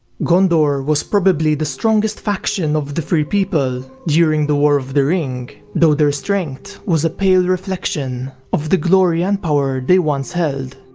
gondor was probably the strongest faction of the free people during the war of the ring, though their strength was a pale reflection of the glory and power they once held.